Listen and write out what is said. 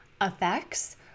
effects